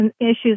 Issues